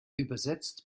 übersetzt